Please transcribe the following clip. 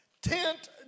Tent